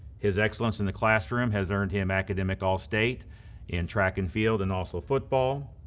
his excellence in the classroom has earned him academic all-state in track and field, and also football.